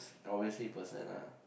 always same person ah